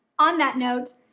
on that note,